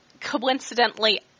coincidentally